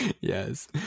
Yes